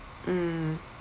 mm